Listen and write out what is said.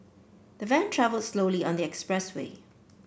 the van travelled slowly on the expressway